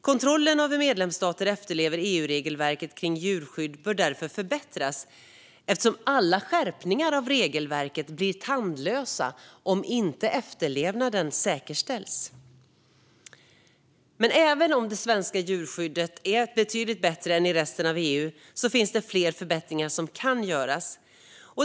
Kontrollen av hur medlemsstater efterlever EU-regelverket kring djurskydd bör förbättras, eftersom alla skärpningar av regelverket blir tandlösa om inte efterlevnaden säkerställs. Men även om det svenska djurskyddet är betydligt bättre än djurskyddet i resten av EU finns det förbättringar som kan göras.